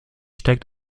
steigt